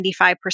95%